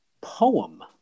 poem